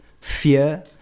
fear